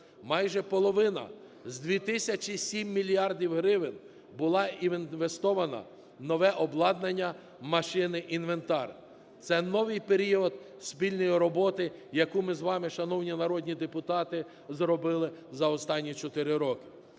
Майже половина з дві тисячі сім мільярдів гривень була інвестована в нове обладнання, машини, інвентар. Це новий період спільної роботи, яку ми з вами шановні народні депутати зробили за останні 4 роки.